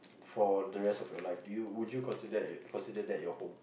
for the rest of your life do you would you consider consider that your home